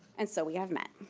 and so we have met.